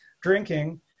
drinking